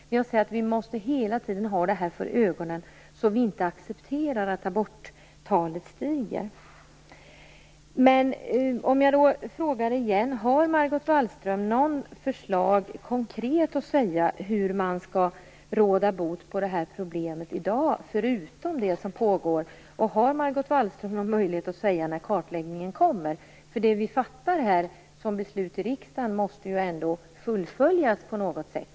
Men jag säger att vi hela tiden måste ha det här för ögonen, så att vi inte accepterar att aborttalet stiger. Låt mig då fråga igen: Har Margot Wallström något konkret att föreslå när det gäller hur man skall råda bot på det här problemet i dag, förutom det som pågår? Och har Margot Wallström någon möjlighet att säga när kartläggningen kommer? De beslut vi fattar här i riksdagen måste ju fullföljas på något sätt.